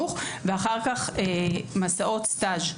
צריך להוציא את כל הסיפור הזה,